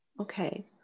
Okay